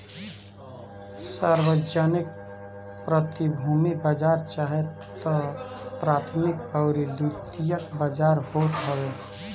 सार्वजानिक प्रतिभूति बाजार चाहे तअ प्राथमिक अउरी द्वितीयक बाजार होत हवे